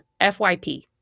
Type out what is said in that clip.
FYP